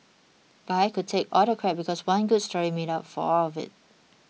but I could take all the crap because one good story made up for all of it